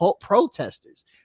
protesters